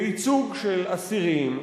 בייצוג של אסירים,